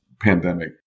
pandemic